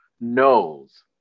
knows